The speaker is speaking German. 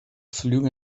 flüge